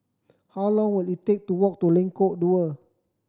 how long will it take to walk to Lengkok Dua